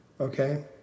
okay